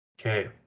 Okay